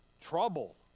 Trouble